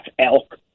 elk